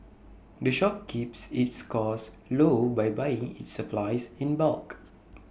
the shop keeps its costs low by buying its supplies in bulk